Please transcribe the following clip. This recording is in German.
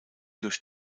durch